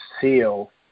seal